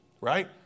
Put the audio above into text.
right